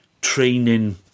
training